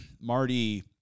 Marty